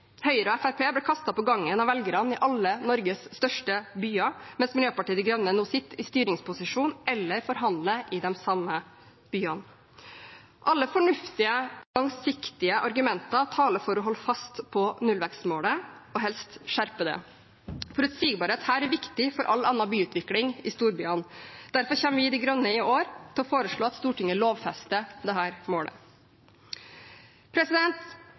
Høyre og Fremskrittspartiet ble kastet på gangen av velgerne i alle Norges største byer, mens Miljøpartiet De Grønne nå sitter i styringsposisjon eller forhandler i de samme byene. Alle fornuftige, langsiktige argumenter taler for å holde fast på nullvekstmålet og helst skjerpe det. Forutsigbarhet her er viktig for all annen byutvikling i storbyene. Derfor kommer vi i De Grønne i år til å foreslå at Stortinget lovfester dette målet. Det